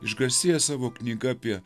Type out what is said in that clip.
išgarsėjęs savo knyga apie